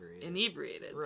inebriated